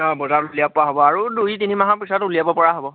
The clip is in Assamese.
অঁ বজাৰত উলিয়াব পৰা হ'ব আৰু দুই তিনি মাহৰ পিছত উলিয়াব পৰা হ'ব